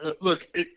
Look